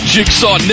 Jigsaw